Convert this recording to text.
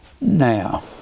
now